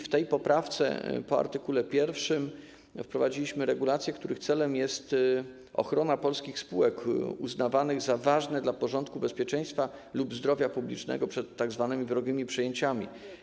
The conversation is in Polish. W tej poprawce po art. 1 wprowadziliśmy regulacje, których celem jest ochrona polskich spółek uznawanych za ważne dla porządku bezpieczeństwa lub zdrowia publicznego przed tzw. wrogimi przejęciami.